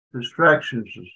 distractions